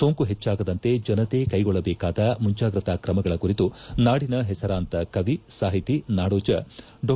ಸೋಂಕು ಹೆಚ್ಚಾಗದಂತೆ ಜನತೆ ಕೈಗೊಳ್ಳಬೇಕಾದ ಮುಂಜಾಗ್ರತಾ ಕ್ರಮಗಳ ಕುರಿತು ನಾಡಿನ ಹೆಸರಾಂತ ಕವಿ ಸಾಹಿತಿ ನಾಡೋಜ ಡಾ